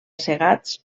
segats